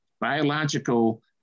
biological